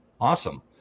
Awesome